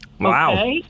Wow